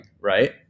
right